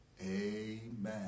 amen